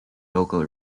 local